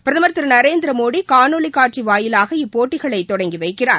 பிரதமர் திரு நரேந்திரமோடி காணொலி காட்சி வாயிலாக இப்போட்டிகளை தொடங்கி வைக்கிறார்